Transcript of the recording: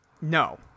No